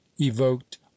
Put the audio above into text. evoked